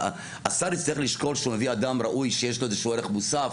השר יצטרך לשקול שהוא מביא אדם ראוי שיש לו איזשהו ערך מוסף